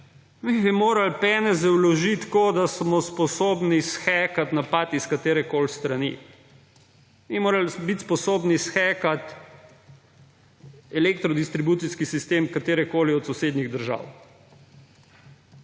mi bi morali peneze vložiti tako, da smo sposobni shekati napad iz katerekoli strani. In morali biti sposobni shekati elektrodistribucijski sistem katerekoli od sosednjih držav.